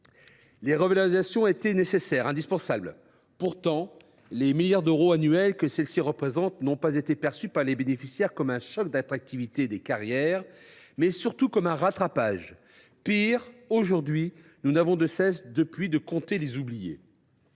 Les revalorisations étaient nécessaires, indispensables. Pourtant, les 10 milliards d’euros annuels que celles ci représentent ont été perçus par les bénéficiaires non pas comme un choc d’attractivité des carrières, mais comme un rattrapage. Pire, nous n’avons de cesse depuis lors de compter les « oubliés